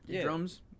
drums